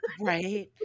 Right